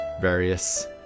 various